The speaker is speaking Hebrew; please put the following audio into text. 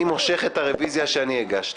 אני מושך את הרביזיה שאני הגשתי.